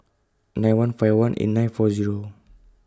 nine one five one eight nine four Zero